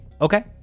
Okay